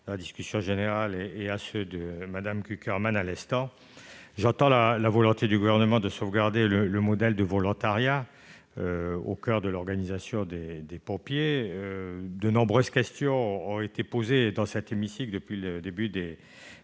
la discussion générale ainsi que par Cécile Cukierman à l'instant. Je comprends la volonté du Gouvernement de sauvegarder le modèle de volontariat qui est au coeur de l'organisation des pompiers. De nombreuses questions ont été posées, dans cet hémicycle, depuis le début de